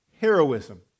heroism